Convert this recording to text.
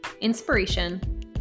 inspiration